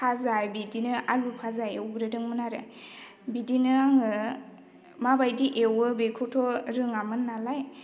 फाजा बिदिनो आलु फाजा एवग्रोदोंमोन आरो बिदिनो आङो माबायदि एवो बेखौथ' रोङामोन नालाय